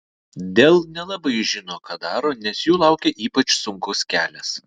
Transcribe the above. dell nelabai žino ką daro nes jų laukia ypač sunkus kelias